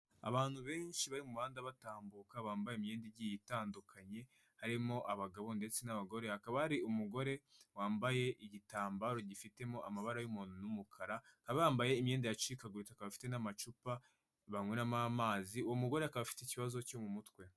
Abantu benshi bari mu muhanda batambuka bambaye imyenda igiye itandukanye, harimo abagabo ndetse n'abagore, hakaba hari umugore wambaye igitambaro gifitemo amabara y'umuhondo n'umukara, bambaye imyenda yacikaguritse akaba afite n'amacupa banyweramo amazi, uwo mugore akaba afite ikibazo cyo mu mutwe.